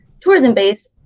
tourism-based